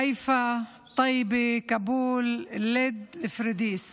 חיפה, טייבה, כאבול, לוד, פוריידיס